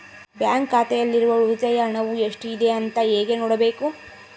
Bank ಖಾತೆಯಲ್ಲಿರುವ ಉಳಿತಾಯ ಹಣವು ಎಷ್ಟುಇದೆ ಅಂತ ಹೇಗೆ ನೋಡಬೇಕು?